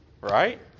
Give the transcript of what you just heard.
right